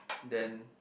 then